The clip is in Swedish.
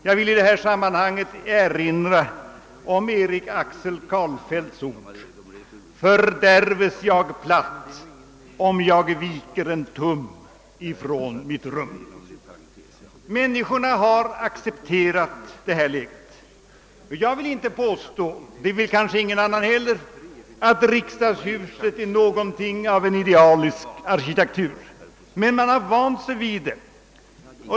Jag vill i detta sammanhang erinra om Erik Axel Karlfeldts ord: »Fördärves jag platt om jag viker en tum ifrån mitt run.» i Folk har accepterat detta läge, men jag vill inte påstå — det vill kanske ingen annan heller — att riksdagshuset har en idealisk arkitektur. Men man har vant sig vid huset.